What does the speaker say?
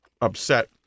upset